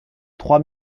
trois